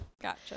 gotcha